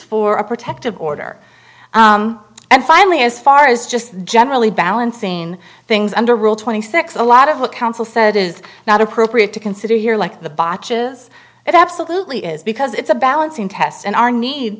for a protective order and finally as far as just generally balancing things under rule twenty six a lot of a counsel said is not appropriate to consider here like the boches it absolutely is because it's a balancing test and our need